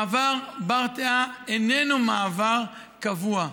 מעבר ברטעה איננו מעבר קבוע,